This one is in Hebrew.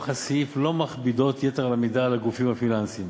הסעיף לא מכבידות יתר על המידה על הגופים הפיננסיים.